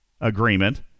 agreement